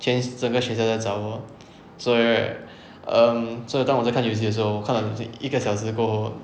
全整个学校在找我所以 right um 所以当我在看游戏的时候看了一个小时过后